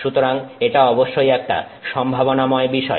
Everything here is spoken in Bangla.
সুতরাং এটা অবশ্যই একটা সম্ভাবনাময় বিষয়